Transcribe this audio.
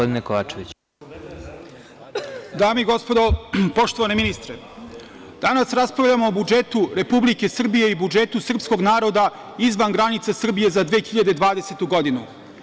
Dame i gospodo, poštovani ministre, danas raspravljamo o budžetu Republike Srbije i budžetu srpskog naroda izvan granice Srbije za 2020. godinu.